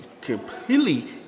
completely